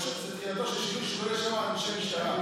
אני חושב שזה בידו.